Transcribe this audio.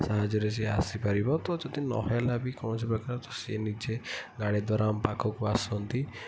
ସାହାଯ୍ୟରେ ସିଏ ଆସିପାରିବ ତ ଯଦି ନହେଲା ବି କୌଣସି ପ୍ରକାରରେ ସେ ନିଜେ ଗାଡ଼ି ଦ୍ୱାରା ଆମ ପାଖକୁ ଆସନ୍ତି